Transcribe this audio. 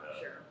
sure